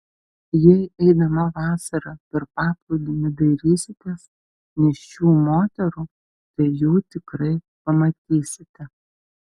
jei eidama vasarą per paplūdimį dairysitės nėščių moterų tai jų tikrai pamatysite